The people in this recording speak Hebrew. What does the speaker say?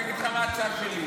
אני אגיד לך מה ההצעה שלי.